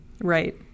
Right